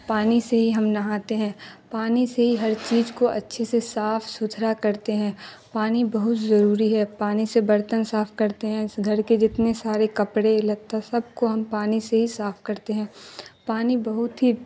پانی سے ہی ہم نہاتے ہیں پانی سے ہی ہر چیز کو اچھے سے صاف ستھرا کرتے ہیں پانی بہت ضروری ہے پانی سے برتن صاف کرتے ہیں گھر کے جتنے سارے کپڑے لتہ سب کو ہم پانی سے ہی صاف کرتے ہیں پانی بہت ہی